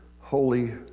holy